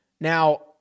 Now